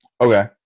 Okay